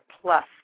plus